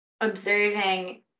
observing